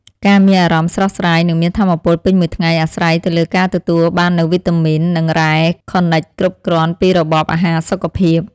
ការមានអារម្មណ៍ស្រស់ស្រាយនិងមានថាមពលពេញមួយថ្ងៃអាស្រ័យទៅលើការទទួលបាននូវវីតាមីននិងរ៉ែខនិកគ្រប់គ្រាន់ពីរបបអាហារសុខភាព។